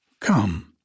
Come